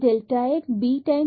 delta x b